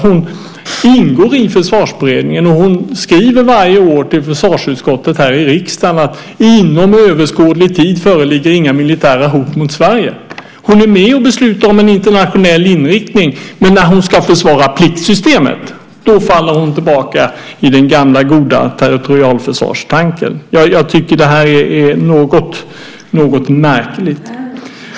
Hon ingår i Försvarsberedningen, och hon skriver varje år till försvarsutskottet här i riksdagen: Inom överskådlig tid föreligger inga militära hot mot Sverige. Hon är med och beslutar om en internationell inriktning. Men när hon ska försvara pliktsystemet faller hon tillbaka i den gamla goda territorialförsvarstanken. Jag tycker att detta är något märkligt.